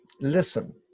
Listen